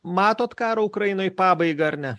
matot karo ukrainoj pabaigą ar ne